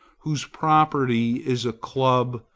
whose property is a club,